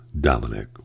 Dominic